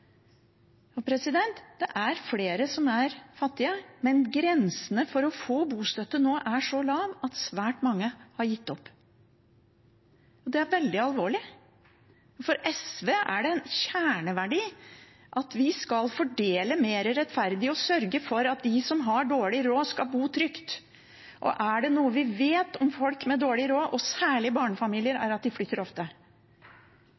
Det er flere som er fattige, men grensen for å få bostøtte nå er så lav at svært mange har gitt opp. Det er veldig alvorlig. For SV er det en kjerneverdi at vi skal fordele mer rettferdig og sørge for at de som har dårlig råd, skal bo trygt. Er det noe vi vet om folk med dårlig råd, og særlig barnefamilier,